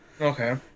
Okay